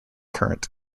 current